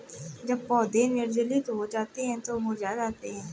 जब पौधे निर्जलित हो जाते हैं तो मुरझा जाते हैं